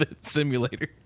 simulator